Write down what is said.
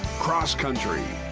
cross country,